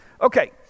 okay